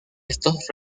estos